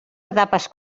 etapes